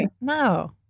No